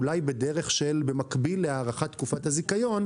אולי בדרך שבמקביל להארכת תקופת הזיכיון,